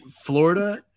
Florida